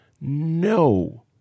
no –